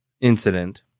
incident